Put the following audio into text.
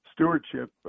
Stewardship